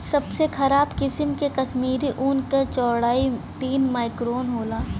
सबसे खराब किसिम के कश्मीरी ऊन क चौड़ाई तीस माइक्रोन होला